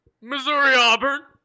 Missouri-Auburn